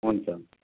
हुन्छ हुन्छ